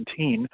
2019